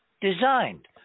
designed